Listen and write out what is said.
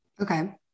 Okay